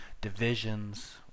divisions